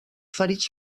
ferits